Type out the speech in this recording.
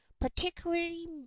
particularly